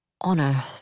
Honor